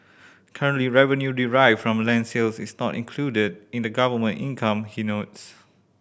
currently revenue derived from land sales is not included in the government income he notes